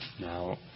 Now